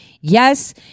Yes